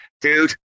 dude